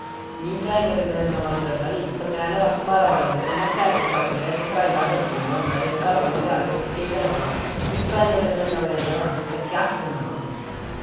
मीं ड्राईगां करने दा इन्ना मन करदा नी में न रातीं बारां बारां बज़े तक त्रै त्रै चार चार घैंटे ड्राईंगां गै करदा रौह्न्ना होन्ना ठीक ऐ घर आह्ले बी आखदे केह् करा ना मिगी ड्राईंगां करने दा इन्ना मज़ा आंदा ना में केह् आक्खी सकना तोहानू